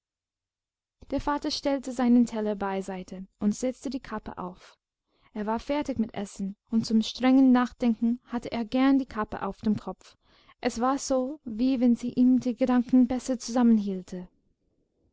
der vater stellte seinen teller beiseite und setzte die kappe auf er war fertig mit essen und zum strengen nachdenken hatte er gern die kappe auf dem kopf es war so wie wenn sie ihm die gedanken besser